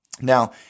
Now